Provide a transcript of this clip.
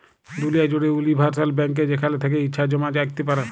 দুলিয়া জ্যুড়ে উলিভারসাল ব্যাংকে যেখাল থ্যাকে ইছা জমা রাইখতে পারো